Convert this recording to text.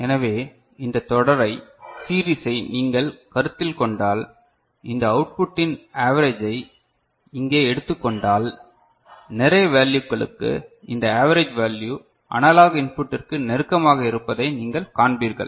எனவே இந்தத் தொடரை சீரிசை நீங்கள் கருத்தில் கொண்டால் இந்த அவுட் புட்டின் அவேறேஜ்ஜெய் இங்கே எடுத்துக்கொண்டால் நிறைய வேல்யுக்களுக்கு இந்த அவேறேஜ் வேல்யூ அனலாக் இன்புட்டிற்கு நெருக்கமாக இருப்பதை நீங்கள் காண்பீர்கள்